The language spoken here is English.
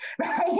right